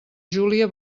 júlia